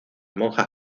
monjas